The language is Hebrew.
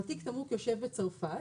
ותיק התמרוק יושב בצרפת,